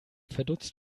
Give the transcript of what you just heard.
verdutzt